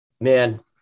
man